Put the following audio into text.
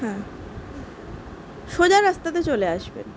হ্যাঁ সোজা রাস্তাতে চলে আসবেন